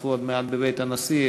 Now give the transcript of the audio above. שייפתחו עוד מעט בבית הנשיא,